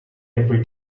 every